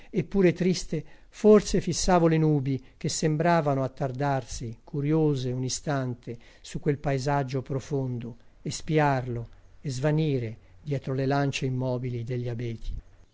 pure triste forse fissavo le nubi che sembravano attardarsi curiose un istante su quel paesaggio profondo e spiarlo e svanire dietro le lance immobili degli abeti